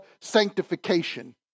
sanctification